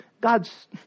God's